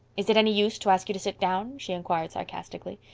is it any use to ask you to sit down? she inquired sarcastically.